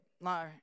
No